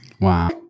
Wow